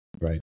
Right